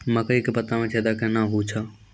मकई के पत्ता मे छेदा कहना हु छ?